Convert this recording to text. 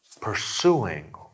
pursuing